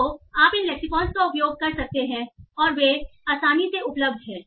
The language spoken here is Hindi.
तो आप इन लेक्सिकनस का उपयोग कर सकते हैं और वे आसानी से उपलब्ध हैं